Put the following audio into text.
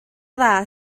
dda